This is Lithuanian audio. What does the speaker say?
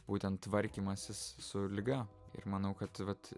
būtent tvarkymasis su liga ir manau kad